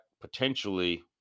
potentially